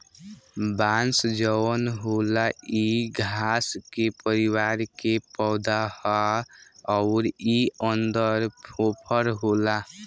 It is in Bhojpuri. बांस जवन होला इ घास के परिवार के पौधा हा अउर इ अन्दर फोफर होला